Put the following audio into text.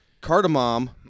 Cardamom